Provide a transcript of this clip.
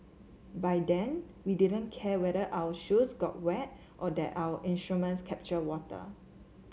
by then we didn't care whether our shoes got wet or that our instruments captured water